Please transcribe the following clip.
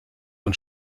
und